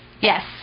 Yes